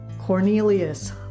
Cornelius